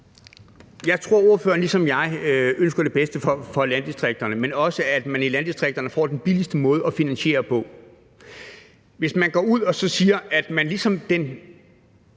Jeg tror, at ordføreren ligesom jeg ønsker det bedste for landdistrikterne, men også, at man i landdistrikterne får den billigste måde at finansiere på. Hvis man går ud og siger, at den del